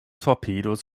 torpedos